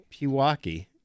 Pewaukee